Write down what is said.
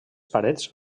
parets